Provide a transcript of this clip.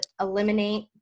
eliminate